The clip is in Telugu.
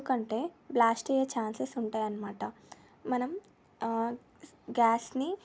ఎందుకంటే బ్లాస్టయ్యే ఛాన్సెస్ ఉంటాయి అన్నమాట మనం గ్యాస్ని